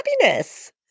happiness